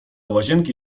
łazienki